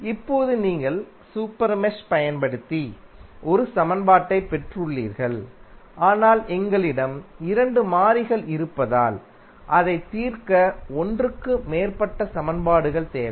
இப்போது நீங்கள் super mesh பயன்படுத்தி ஒரு சமன்பாட்டைப் பெற்றுள்ளீர்கள் ஆனால் எங்களிடம் இரண்டு மாறிகள் இருப்பதால் அதைத் தீர்க்க ஒன்றுக்கு மேற்பட்ட சமன்பாடுகள் தேவை